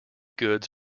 goods